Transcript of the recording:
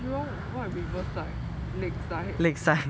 what riverside lakeside